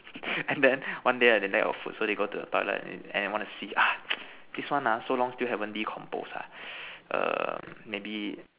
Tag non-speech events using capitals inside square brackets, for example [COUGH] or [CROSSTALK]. [NOISE] and then one day they lack of food so they go to the toilet and they want to see ah [NOISE] this one ah so long still haven't decompose ah err maybe